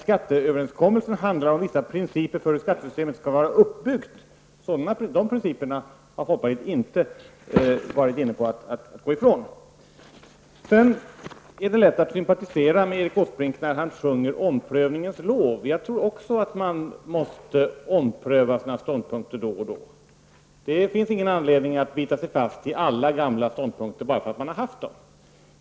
Skatteöverenskommelsen handlar om vissa principer för hur skattesystemet skall vara uppbyggt, och dessa principer har folkpartiet inte haft för avsikt att gå ifrån. Det är lätt att sympatisera med Erik Åsbrink när han sjunger omprövningens lov. Jag tror också att man måste ompröva sina ståndpunkter då och då. Det finns ingen anledning att bita sig fast i alla gamla ståndpunkter bara därför att man har haft dem.